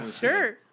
sure